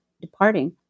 departing